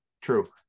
True